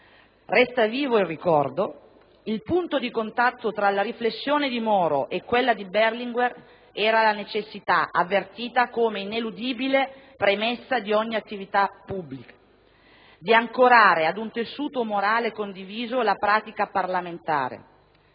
resta vivo il ricordo, il punto di contatto tra la riflessione di Moro e quella di Berlinguer era la necessità, avvertita come ineludibile premessa di ogni attività pubblica, di ancorare ad un tessuto morale condiviso la pratica parlamentare.